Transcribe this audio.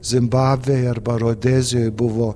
zimbabvėj arba rodezijoj buvo